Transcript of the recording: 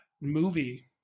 movie